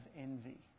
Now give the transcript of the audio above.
envy